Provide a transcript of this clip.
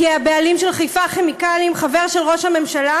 כי הבעלים של חיפה כימיקלים חבר של ראש הממשלה